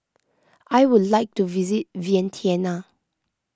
I would like to visit Vientiane